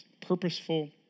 purposeful